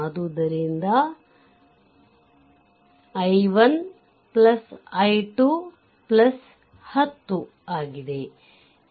ಅದ್ದುದರಿಂದ i1 i2 10 ಆಗಿದೆ